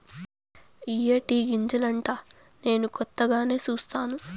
ఇయ్యే టీ గింజలంటా నేను కొత్తగానే సుస్తాను